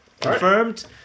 Confirmed